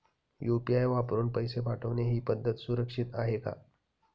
UPI वापरून पैसे पाठवणे ही पद्धत सुरक्षित आहे का?